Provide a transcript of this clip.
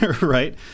right